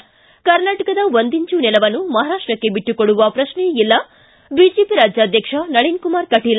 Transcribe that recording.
ಿ ಕರ್ನಾಟಕದ ಒಂದಿಂಚು ನೆಲವನ್ನು ಮಹಾರಾಷ್ಟಕ್ಕೆ ಬಿಟ್ಟು ಕೊಡುವ ಪ್ರಶ್ನೆಯೇ ಇಲ್ಲಿ ಬಿಜೆಪಿ ರಾಜ್ಯಾಧ್ಯಕ್ಷ ನಳಿನ್ಕುಮಾರ್ ಕಟೀಲ್